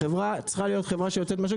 החברה צריכה להיות חברה שיוצאת מהשוק,